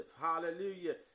hallelujah